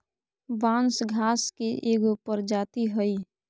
बांस घास के एगो प्रजाती हइ